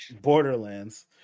borderlands